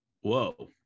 whoa